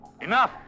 Enough